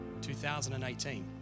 2018